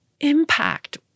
impact